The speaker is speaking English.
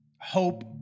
hope